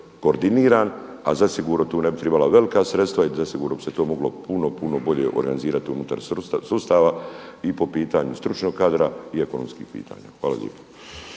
koordiniran, ali zasigurno tu ne bi tribala velika sredstva i zasigurno bi se to moglo puno, puno bolje organizirati unutar sustava i po pitanju stručnog kadra i ekonomskih pitanja. Hvala lijepa.